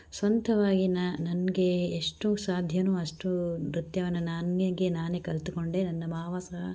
ಸ್ವಂತವಾಗಿ ನಾ ನನಗೆ ಎಷ್ಟು ಸಾಧ್ಯನೋ ಅಷ್ಟು ನೃತ್ಯವನ್ನು ನನಗೆ ನಾನೇ ಕಲಿತುಕೊಂಡೆ ನನ್ನ ಮಾವ ಸಹ